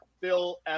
phil